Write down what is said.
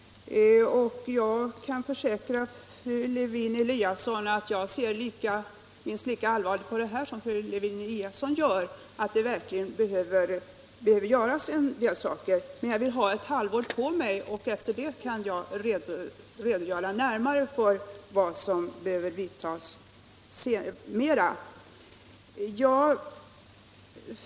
Jag kan försäkra att jag ser minst lika allvarligt som fru Lewén-Eliasson på dessa frågor. Det behöver verkligen göras en del. Men jag vill ha ett havlår på mig. Efter det kan jag redogöra närmare för vilka ytterligare åtgärder som behöver vidtas.